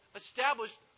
established